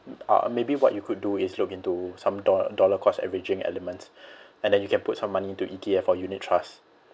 uh maybe what you could do is look into some do~ dollar cost averaging elements and then you can put some money into E_T_F or unit trust